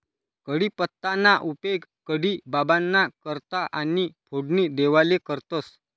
कढीपत्ताना उपेग कढी बाबांना करता आणि फोडणी देवाले करतंस